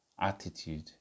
attitude